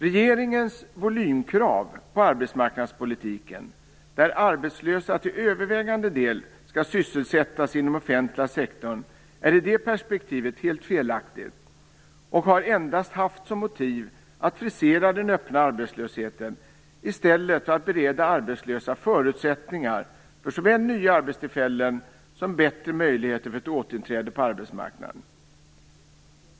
Regeringens volymkrav på arbetsmarknadspolitiken, där arbetslösa till övervägande del skall sysselsättas inom den offentliga sektorn, är i detta perspektiv helt felaktigt och har endast haft som motiv att frisera den öppna arbetslösheten i stället för att bereda arbetslösa förutsättningar för såväl nya arbetstillfällen som bättre möjligheter till ett återinträde på arbetsmarknaden.